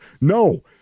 No